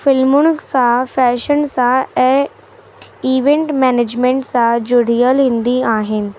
फ़िल्मुनि सां फ़ैशन सां ऐं ईवेंट मेनेजमेंट सां जुड़ियल ईंदियूं आहिनि